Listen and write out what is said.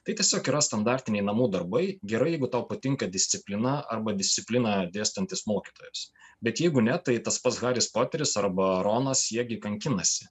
tai tiesiog yra standartiniai namų darbai gerai jeigu tau patinka disciplina arba discipliną dėstantis mokytojas bet jeigu ne tai tas pats haris poteris arba ronas jie gi kankinasi